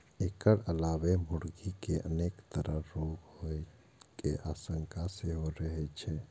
एकर अलावे मुर्गी कें अनेक तरहक रोग होइ के आशंका सेहो रहै छै